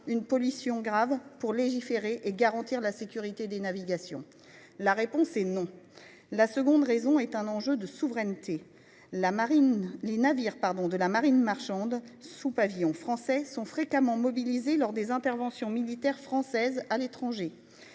une pollution grave pour légiférer et garantir la sécurité des navigations ? La réponse est non ! La seconde raison est un enjeu de souveraineté. Les navires de la marine marchande sous pavillon français sont fréquemment mobilisés lors des opérations militaires françaises à l'étranger.